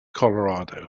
colorado